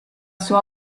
sua